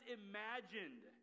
imagined